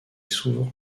souvent